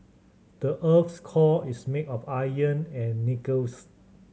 the earth's core is made of iron and nickels